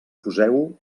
poseu